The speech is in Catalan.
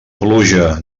pluja